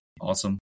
awesome